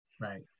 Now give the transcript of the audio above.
Right